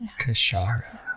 Kashara